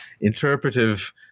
interpretive